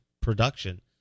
production